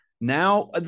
now